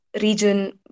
region